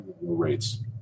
rates